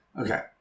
Okay